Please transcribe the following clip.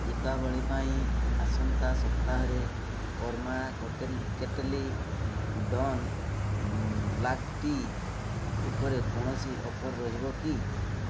ଦୀପାବଳି ପାଇଁ ଆସନ୍ତା ସପ୍ତାହରେ କର୍ମା କଟେଲ କେଟଲି ଡନ୍ ବ୍ଲାକ୍ ଟି ଉପରେ କୌଣସି ଅଫର୍ ରହିବ କି